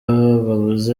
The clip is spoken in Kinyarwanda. ababuze